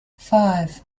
five